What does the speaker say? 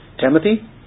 Timothy